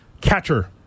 Catcher